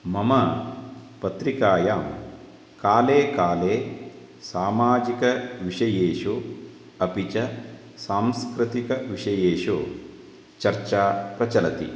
मम पत्रिकायां काले काले सामाजिकविषयेषु अपि च सांस्कृतिकविषयेषु चर्चा प्रचलति